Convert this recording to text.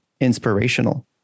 inspirational